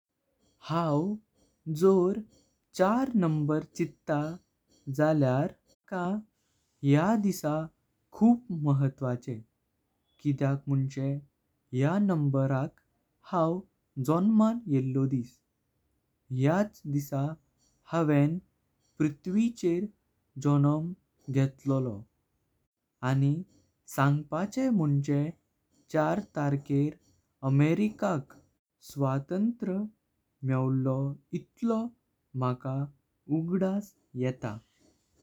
हांव जोर चार नंबर चिट्टा झाल्यार माका ह्या दिसा खुब म्हत्वाचें किद्याक मुणचें ह्या नंबराक हांव जॉनमन येलो दिस ह्याच दिसा हांव पृथ्विचेर जणम घेतलोळो। आनी सांगपाचे मोंचे चार तारकेर अमेरिका स्वतंत्र मेवलो इतलो माका उगडस येता।